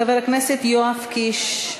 חבר הכנסת יואב קיש,